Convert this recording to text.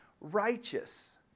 righteous